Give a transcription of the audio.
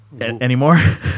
Anymore